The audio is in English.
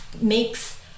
makes